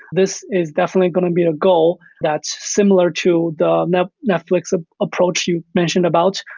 this is definitely going to be a goal that's similar to the and ah netflix ah approach you mentioned about.